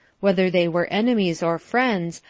whether they were enemies or friends,